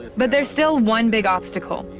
but there's still one big obstacle.